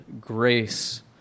grace